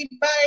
bye